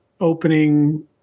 opening